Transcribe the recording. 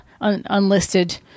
unlisted